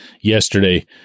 yesterday